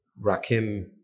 Rakim